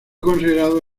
considerado